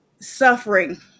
suffering